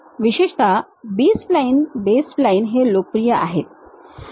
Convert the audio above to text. विशेषत B splines base splines हे लोकप्रिय आहेत